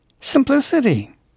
Simplicity